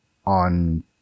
on